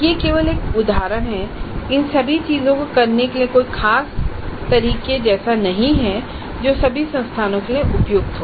यह केवल एक उदहारण है इन सभी चीजों को करने के लिए कोई ख़ास तरीके जैसा कुछ नहीं है जो सभी संस्थानों के लिए उपयुक हो